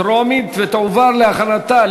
התשע"ד 2014,